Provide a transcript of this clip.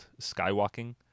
Skywalking